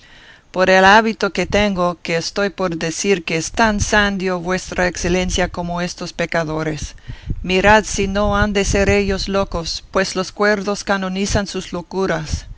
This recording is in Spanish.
por el hábito que tengo que estoy por decir que es tan sandio vuestra excelencia como estos pecadores mirad si no han de ser ellos locos pues los cuerdos canonizan sus locuras